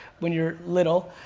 when you're little,